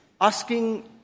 asking